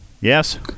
Yes